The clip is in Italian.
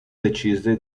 decise